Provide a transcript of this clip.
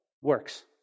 Works